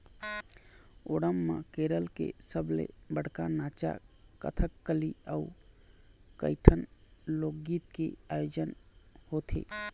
ओणम म केरल के सबले बड़का नाचा कथकली अउ कइठन लोकगीत के आयोजन होथे